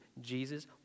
Jesus